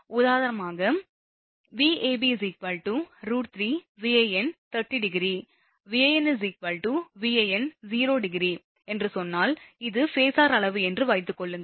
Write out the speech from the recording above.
உதாரணமாக Vab √3Van∠30° Van Van∠0° என்று சொன்னால் இது ஃபேஸர் அளவு என்று வைத்துக்கொள்ளுங்கள்